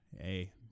Hey